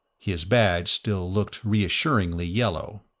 his badge still looked reassuringly yellow.